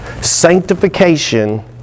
sanctification